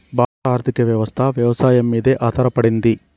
భారత ఆర్థికవ్యవస్ఠ వ్యవసాయం మీదే ఆధారపడింది